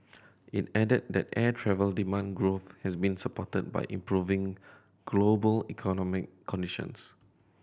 it added that air travel demand growth has been supported by improving global economic conditions